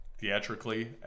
theatrically